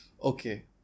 Okay